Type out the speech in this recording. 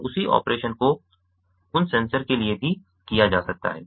और उसी ऑपरेशन को उन सेंसर के लिए भी किया जा सकता है